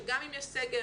שגם אם יש סגר,